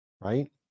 Right